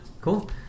cool